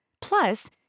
Plus